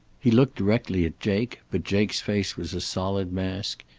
he looked directly at jake, but jake's face was a solid mask.